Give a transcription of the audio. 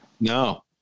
No